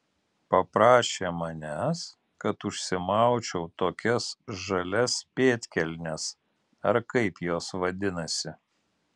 paprašė manęs kad užsimaučiau tokias žalias pėdkelnes ar kaip jos vadinasi